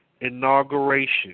inauguration